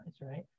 right